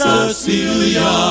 Cecilia